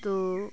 ᱛᱚ